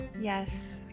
Yes